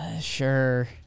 Sure